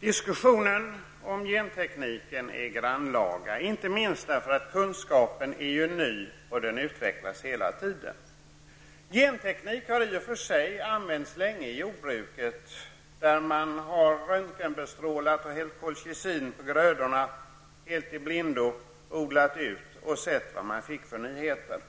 Diskussionen om gentekniken är grannlaga, inte minst därför att kunskapen är ny. Dessutom sker det hela tiden en utveckling. Gentekniken har i och för sig länge använts inom jordbruket, där man har röntgenbestrålat och hällt colchicin på grödorna -- helt i blindo. Man har så att säga odlat ut för att se vilka nyheter det skulle bli.